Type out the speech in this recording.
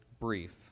brief